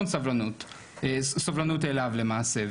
המון סובלנות אליו למעשה,